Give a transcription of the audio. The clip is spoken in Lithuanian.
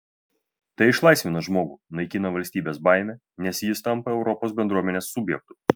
tai išlaisvina žmogų naikina valstybės baimę nes jis tampa europos bendruomenės subjektu